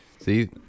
See